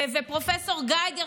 ופרופ' גייגר,